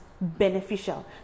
beneficial